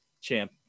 champ